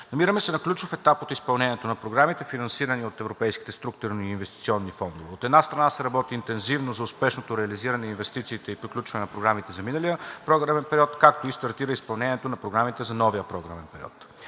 Намираме се на ключов етап от изпълнението на програмите, финансирани от европейските структурни и инвестиционни фондове. От една страна, се работи интензивно за успешното реализиране на инвестициите и приключване на програмите за миналия програмен период, както и стартира изпълнението на програмите за новия програмен период.